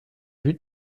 but